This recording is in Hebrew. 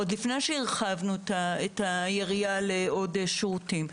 עוד לפני שהרחבנו את היריעה לעוד שירותים.